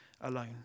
alone